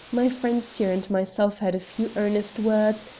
my friends here and myself had a few earnest words,